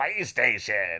PlayStation